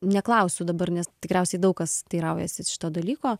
neklausiu dabar nes tikriausiai daug kas teiraujasi šito dalyko